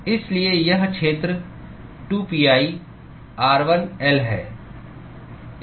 इसलिए यह क्षेत्र 2pi r1 L है